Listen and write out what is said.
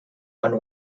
one